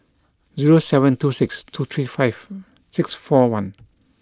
zero seven two six two three five six four one